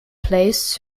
placed